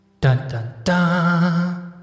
Dun-dun-dun